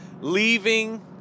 leaving